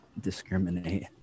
discriminate